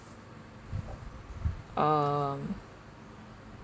um